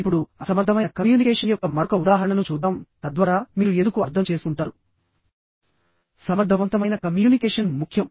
ఇప్పుడు అసమర్థమైన కమ్యూనికేషన్ యొక్క మరొక ఉదాహరణను చూద్దాం తద్వారా మీరు ఎందుకు అర్థం చేసుకుంటారు సమర్థవంతమైన కమ్యూనికేషన్ ముఖ్యం